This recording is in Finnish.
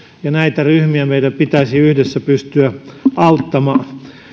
ja näitä ryhmiä meidän pitäisi yhdessä pystyä auttamaan